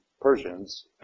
Persians